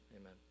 amen